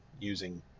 using